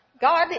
God